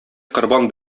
корбан